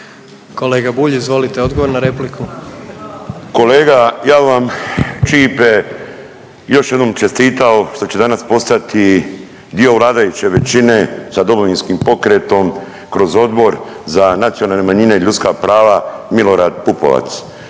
Kolega Bulj izvolite odgovor na repliku. **Bulj, Miro (MOST)** Kolega ja vam Ćipe još jednom čestitao što će danas postati dio vladajuće većine sa Domovinskim pokretom kroz Odbor za nacionalne manjine i ljudska prava, Milorad Pupovac.